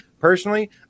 personally